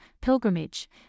pilgrimage